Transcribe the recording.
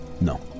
No